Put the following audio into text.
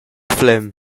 flem